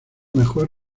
mejor